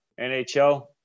nhl